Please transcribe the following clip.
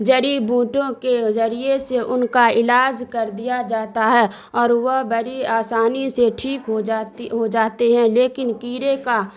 جڑی بوٹیوں کے ذریعے سے ان کا علاج کر دیا جاتا ہے اور وہ بڑی آسانی سے ٹھیک ہو جاتی ہو جاتے ہیں لیکن کیڑے کا